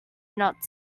not